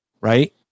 Right